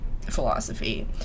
philosophy